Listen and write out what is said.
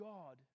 God